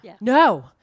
No